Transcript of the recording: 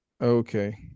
Okay